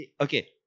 okay